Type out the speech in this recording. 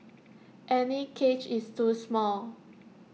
any cage is too small